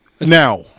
Now